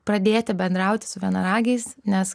pradėti bendrauti su vienaragiais nes